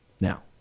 now